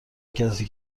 کسی